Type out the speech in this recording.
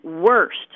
worst